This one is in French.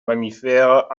mammifère